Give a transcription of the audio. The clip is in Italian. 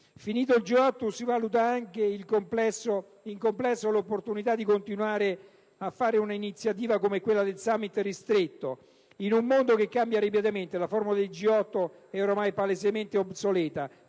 Finito il G8, si valuta anche nel complesso l'opportunità di continuare a portare avanti una iniziativa come quella di un *summit* ristretto: in un mondo che cambia rapidamente, la formula G8 è ormai palesemente obsoleta,